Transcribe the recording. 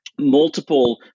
multiple